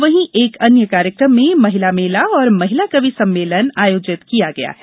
वहीं एक अन्य कार्यक्रम में महिला मेला और महिला कवि सम्मेलन आयोजित किया गया है